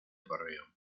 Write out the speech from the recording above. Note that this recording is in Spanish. correo